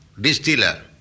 distiller